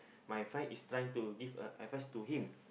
my friend is trying to give a advice to him